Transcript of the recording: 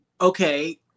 Okay